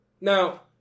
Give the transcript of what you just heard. Now